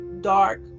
dark